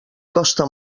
costa